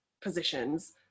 positions